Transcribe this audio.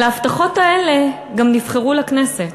על ההבטחות האלה גם נבחרו לכנסת,